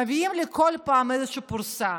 מביאים לי כל פעם איזושהי פרוסה,